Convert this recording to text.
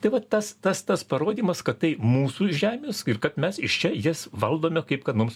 tai vat tas tas tas parodymas kad tai mūsų žemės ir kad mes iš čia jas valdome kaip kad mums